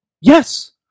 Yes